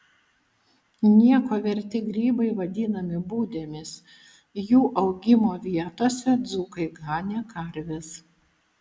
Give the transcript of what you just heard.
nieko verti grybai vadinami budėmis jų augimo vietose dzūkai ganė karves